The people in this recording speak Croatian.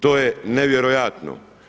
To je nevjerojatno.